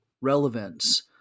relevance